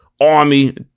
Army